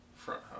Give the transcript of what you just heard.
front